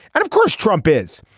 and of course trump is.